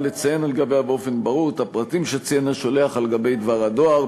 לציין על-גביה באופן ברור את הפרטים שציין השולח על-גבי דבר הדואר.